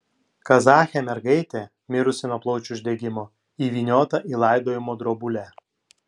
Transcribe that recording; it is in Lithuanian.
kazachė mergaitė mirusi nuo plaučių uždegimo įvyniota į laidojimo drobulę